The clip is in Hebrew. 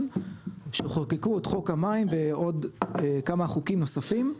שחוקקו את חוק המים ועוד כמה חוקים נוספים,